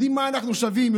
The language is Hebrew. יודעים מה אנחנו שווים,